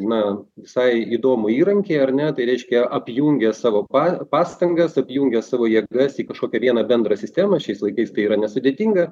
na visai įdomų įrankį ar ne tai reiškia apjungė savo pa pastangas apjungė savo jėgas į kažkokią vieną bendrą sistemą šiais laikais tai yra nesudėtinga